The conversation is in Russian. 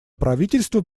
правительство